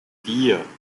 vier